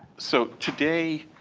so today.